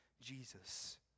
Jesus